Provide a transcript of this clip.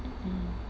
mm